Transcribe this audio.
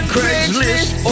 Craigslist